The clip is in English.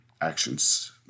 actions